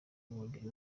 umubiri